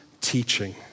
teaching